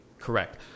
correct